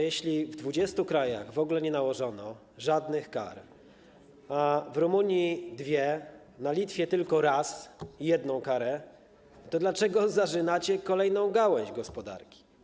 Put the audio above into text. Jeśli w 20 krajach w ogóle nie nałożono żadnych kar, w Rumunii nałożono dwie, na Litwie tylko raz, jedną karę, to dlaczego zarzynacie kolejną gałąź gospodarki?